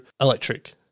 electric